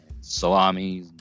salami